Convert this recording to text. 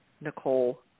Nicole